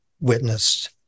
witnessed